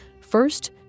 First